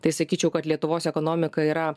tai sakyčiau kad lietuvos ekonomika yra